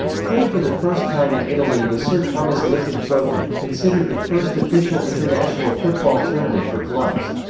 played for the first time in italy the sir thomas lipton trophy, considered the first official international football tournament for clubs.